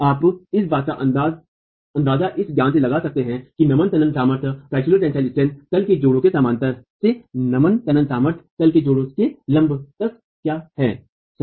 आप इस बात का अंदाजा इस ज्ञान से लगा सकते हैं कि नमन तनन सामर्थ्य तल के जोड़ों के सामान्तर से नमन तनन सामर्थ्य तल के जोड़ों के लम्ब तक क्या हैसही